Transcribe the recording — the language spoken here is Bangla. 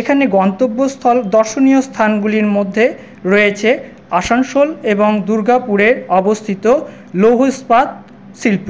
এখানে গন্তব্যস্থল দর্শনীয় স্থানগুলির মধ্যে রয়েছে আসানসোল এবং দুর্গাপুরে অবস্থিত লৌহ ইস্পাত শিল্প